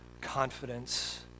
confidence